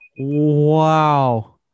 wow